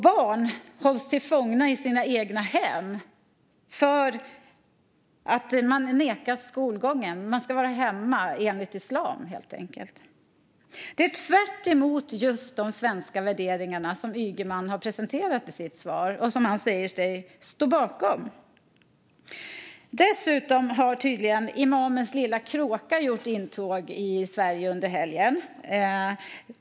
Barn hålls fångna i sina egna hem och nekas skolgång - de ska vara hemma, enligt islam. Det är tvärtemot just de svenska värderingar som Ygeman presenterat i sitt svar och som han säger sig stå bakom. Dessutom har tydligen "Imamens lilla kråka" gjort intåg i Sverige under helgen.